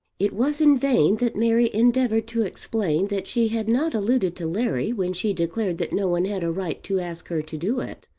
it was in vain that mary endeavoured to explain that she had not alluded to larry when she declared that no one had a right to ask her to do it.